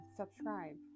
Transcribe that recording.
subscribe